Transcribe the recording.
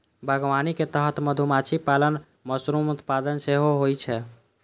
बागवानी के तहत मधुमाछी पालन, मशरूम उत्पादन सेहो होइ छै